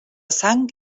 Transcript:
sang